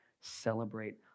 celebrate